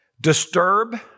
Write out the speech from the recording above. Disturb